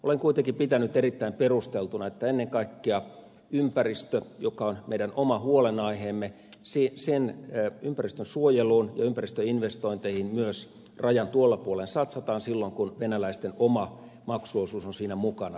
olen kuitenkin pitänyt erittäin perusteltuna että ennen kaikkea ympäristönsuojeluun joka on oma huolenaiheemme ja ympäristöinvestointeihin myös rajan tuolla puolen satsataan silloin kun venäläisten oma maksuosuus on siinä mukana